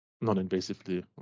non-invasively